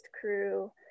crew